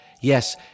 yes